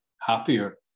happier